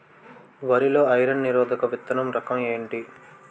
వరి లో ఐరన్ నిరోధక విత్తన రకం ఏంటి?